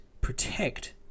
protect